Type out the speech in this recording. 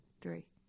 three